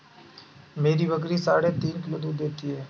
मेरी बकरी साढ़े तीन किलो दूध देती है